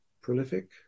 prolific